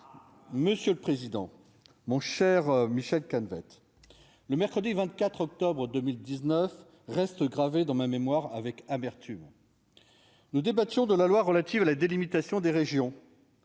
monsieur le président, mon cher Michel Calvez le mercredi 24 octobre 2019 reste gravé dans ma mémoire avec amertume nous débattions de la loi relative à la délimitation des régions